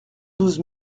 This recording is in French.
douze